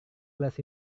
kelas